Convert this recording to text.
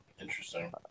Interesting